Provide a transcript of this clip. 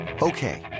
Okay